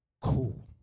cool